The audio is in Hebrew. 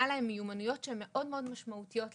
להן מיומנויות שהן מאוד מאוד משמעותיות לחיים.